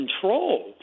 control